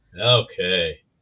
Okay